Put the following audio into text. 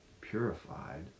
purified